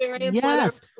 yes